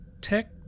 Tech